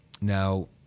Now